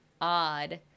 odd